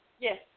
Yes